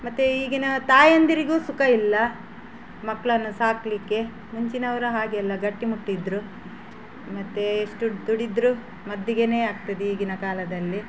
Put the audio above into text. ಮತ್ತು ಈಗಿನ ತಾಯಂದಿರಿಗೂ ಸುಖ ಇಲ್ಲ ಮಕ್ಕಳನ್ನು ಸಾಕಲಿಕ್ಕೆ ಮುಂಚಿನವರು ಹಾಗೆಲ್ಲ ಗಟ್ಟಿ ಮುಟ್ಟಿದ್ದರು ಮತ್ತು ಎಷ್ಟು ದುಡಿದರು ಮದ್ದಿಗೆ ಆಗ್ತದೆ ಈಗಿನ ಕಾಲದಲ್ಲಿ